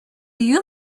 you